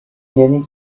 yeni